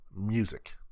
music